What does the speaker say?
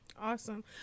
Awesome